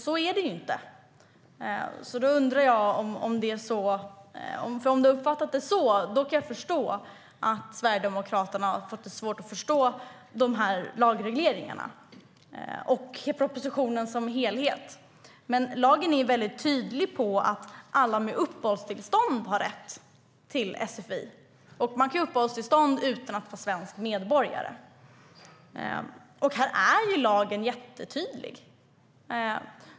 Så är det ju inte, men om Robert Stenkvist har uppfattat det så kan jag förstå att Sverigedemokraterna har haft svårt att förstå dessa lagregleringar och propositionen som helhet. Lagen är dock väldigt tydlig på att alla med uppehållstillstånd har rätt till sfi, och uppehållstillstånd kan man ha utan att vara svensk medborgare. Lagen är mycket tydlig.